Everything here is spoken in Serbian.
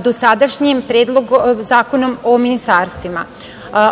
dosadašnji Zakonom o ministarstvima.